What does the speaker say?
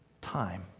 time